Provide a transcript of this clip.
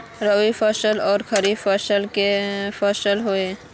रवि फसल आर खरीफ फसल की फसल होय?